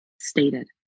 stated